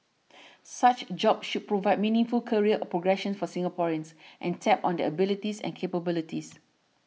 such jobs should provide meaningful career progression for Singaporeans and tap on their abilities and capabilities